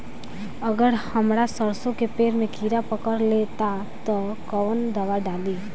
अगर हमार सरसो के पेड़ में किड़ा पकड़ ले ता तऽ कवन दावा डालि?